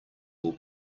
will